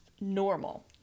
normal